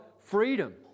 freedom